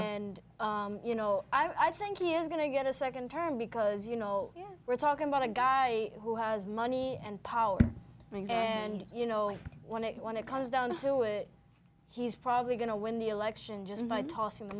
and you know i think he is going to get a second term because you know we're talking about a guy who has money and power and you know when it when it comes down to it he's probably going to win the election just by tossing the